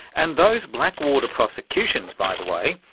and those blackwater prosecutions, by the way,